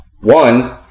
One